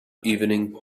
evening